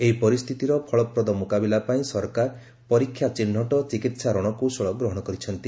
ଏହି ପରିସ୍ଥିତିର ଫଳପ୍ରଦ ମୁକାବିଲା ପାଇଁ ସରକାର ପରୀକ୍ଷା ଚିହ୍ରଟ ଚିକିତ୍ସା ରଣକୌଶଳ ଗ୍ରହଣ କରିଛନ୍ତି